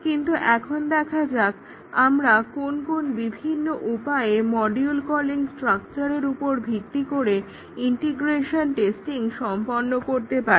কিন্তু এখন দেখা যাক আমরা কোন কোন ভিন্ন উপায়ে মডিউল কলিং স্ট্রাকচারের উপর ভিত্তি করে ইন্টিগ্রেশন টেস্টিং সম্পন্ন করতে পারি